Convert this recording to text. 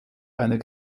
einer